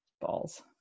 balls